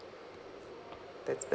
that specific